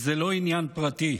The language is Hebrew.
זה לא עניין פרטי.